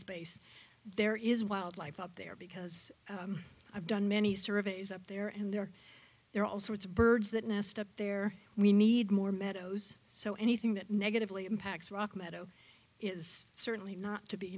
space there is wildlife up there because i've done many surveys up there and there are all sorts of birds that nest up there we need more meadows so anything that negatively impacts rock meadow is certainly not to be